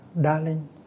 Darling